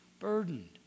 burdened